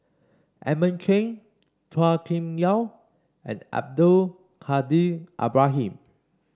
Edmund Chen Chua Kim Yeow and Abdul Kadir Ibrahim